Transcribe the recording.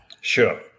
Sure